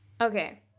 Okay